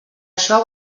això